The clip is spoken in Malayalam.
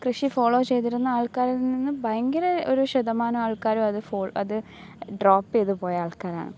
കൃഷി ഫോളോ ചെയ്തിരുന്ന ആൾക്കാരിൽ നിന്നും ഭയങ്കര ഒരു ശതമാനം ആൾക്കാർ അത് ഫോളോ അത് ഡ്രോപ് ചെയ്തു പോയ ആൾക്കാരാണ്